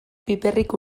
piperrik